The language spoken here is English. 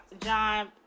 John